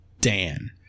Dan